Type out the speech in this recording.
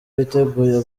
biteguye